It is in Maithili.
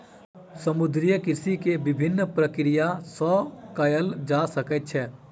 समुद्रीय कृषि के विभिन्न प्रक्रिया सॅ कयल जा सकैत छै